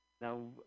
Now